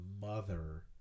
mother